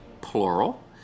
plural